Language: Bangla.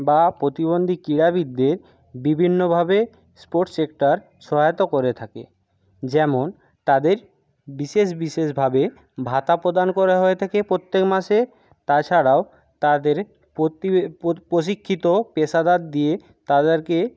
বা প্রতিবন্ধী ক্রিড়াবিদদের বিভিন্নভাবে স্পোর্টস সেক্টর সহায়তা করে থাকে যেমন তাদের বিশেষ বিশেষভাবে ভাতা প্রদান করা হয়ে থাকে প্রত্যেক মাসে তাছাড়াও তাদের প্রতি প্রশিক্ষিত পেশাদার দিয়ে তাদেরকে